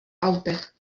autech